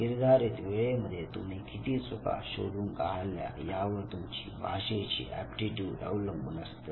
निर्धारित वेळेमध्ये तुम्ही किती चुका शोधून काढल्या यावर तुमची भाषेची एप्टीट्यूड अवलंबून असते